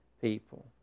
people